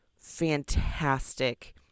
fantastic